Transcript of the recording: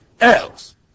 else